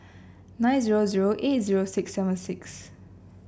nine zero zero eight zero six seven six